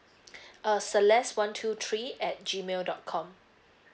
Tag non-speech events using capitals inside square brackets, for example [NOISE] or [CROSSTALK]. [BREATH] uh celest one two three at G mail dot com